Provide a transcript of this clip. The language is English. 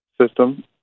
system